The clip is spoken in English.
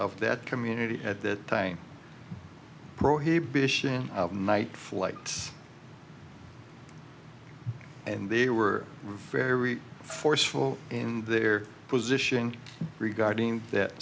of that community at that time he bishan night flights and they were very forceful in their position regarding that